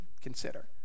consider